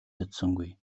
чадсангүй